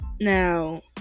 now